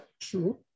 true